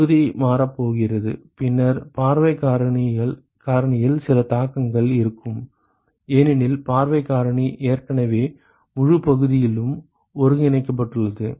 பகுதி மாறப் போகிறது பின்னர் பார்வைக் காரணியில் சில தாக்கங்கள் இருக்கும் ஏனெனில் பார்வைக் காரணி ஏற்கனவே முழுப் பகுதியிலும் ஒருங்கிணைக்கப்பட்டுள்ளது